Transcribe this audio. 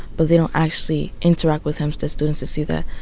but they don't actually interact with hempstead students to see that,